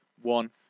one